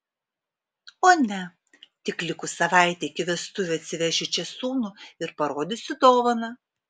o ne tik likus savaitei iki vestuvių atsivešiu čia sūnų ir parodysiu dovaną